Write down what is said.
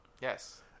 Yes